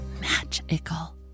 magical